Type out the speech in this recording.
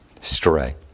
Stray